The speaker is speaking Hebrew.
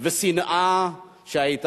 ושנאה שהיו,